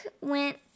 went